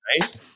right